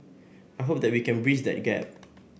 I hope that we can breach that gap